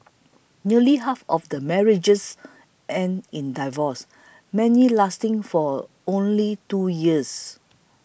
nearly half the marriages end in divorce many lasting for only two years